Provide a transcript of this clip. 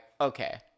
Okay